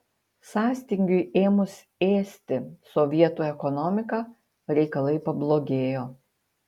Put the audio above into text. sąstingiui ėmus ėsti sovietų ekonomiką reikalai pablogėjo